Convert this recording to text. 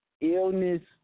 illness